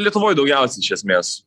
lietuvoj daugiausia iš esmės